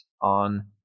on